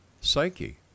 psyche